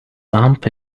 lamp